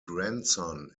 grandson